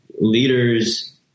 leaders